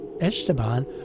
Esteban